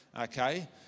okay